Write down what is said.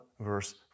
verse